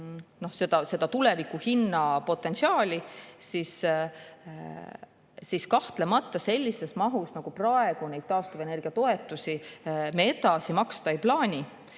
tuleviku hinnapotentsiaali, me kahtlemata sellises mahus nagu praegu neid taastuvenergiatoetusi edasi maksta ei plaani.